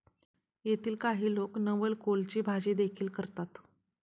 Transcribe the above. येथील काही लोक नवलकोलची भाजीदेखील करतात